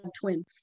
twins